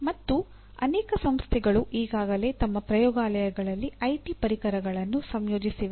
ಮತ್ತು ಅನೇಕ ಸಂಸ್ಥೆಗಳು ಈಗಾಗಲೇ ತಮ್ಮ ಪ್ರಯೋಗಾಲಯಗಳಲ್ಲಿ ಐಟಿ ಪರಿಕರಗಳನ್ನು ಸಂಯೋಜಿಸಿವೆ